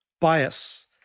bias